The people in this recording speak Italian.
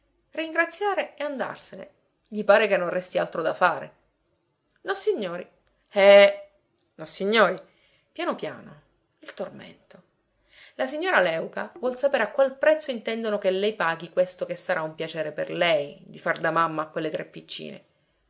ringraziare e andarsene gli pare che non resti altro da fare nossignori eh nossignori piano piano il tormento la signora léuca vuol sapere a qual prezzo intendono che lei paghi questo che sarà un piacere per lei di far da mamma a quelle tre piccine